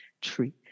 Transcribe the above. Tree